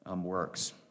works